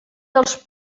dels